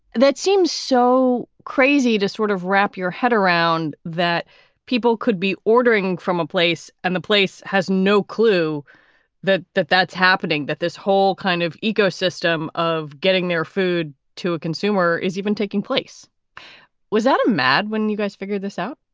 that seems so crazy to sort of wrap your head around that people could be ordering from a place and the place has no clue that that that's happening, that this whole kind of ecosystem of getting their food to a consumer is even taking place was that a mad when you guys figured this out?